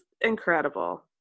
incredible